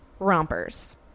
rompers